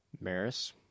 Maris